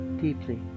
deeply